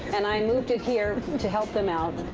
and i moved it here to help them out.